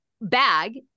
bag